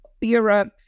Europe